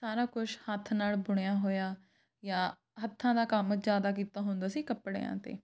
ਸਾਰਾ ਕੁਛ ਹੱਥ ਨਾਲ ਬੁਣਿਆ ਹੋਇਆ ਜਾਂ ਹੱਥਾਂ ਦਾ ਕੰਮ ਜ਼ਿਆਦਾ ਕੀਤਾ ਹੁੰਦਾ ਸੀ ਕੱਪੜਿਆਂ 'ਤੇ